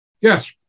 Yes